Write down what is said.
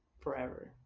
forever